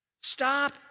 Stop